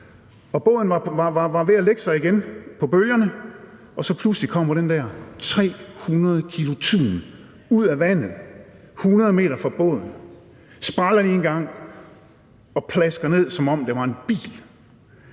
båden var ved at lægge sig igen på bølgerne, og pludselig kommer den der 300 kg tun op af vandet 100 m fra båden. Den sprællede lige en gang og plaskede ned, som om det var en bil,